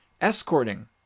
escorting